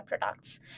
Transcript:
products